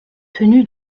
tenu